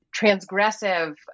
transgressive